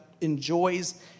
enjoys